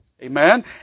Amen